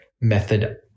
method